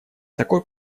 такой